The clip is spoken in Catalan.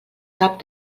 cap